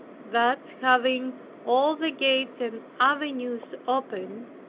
thus having all the gates and avenues open,